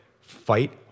Fight